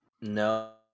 No